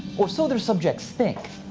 or so their subjects think.